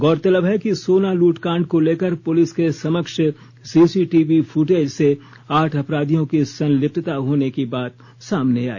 गौरतलब है कि सोना लूटकांड को लेकर पुलिस के समक्ष सीसीटीवी फूटेज से आठ अपराधियों की संलिप्पता होने की बात सामने आई